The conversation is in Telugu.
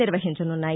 నిర్వహించనున్నాయి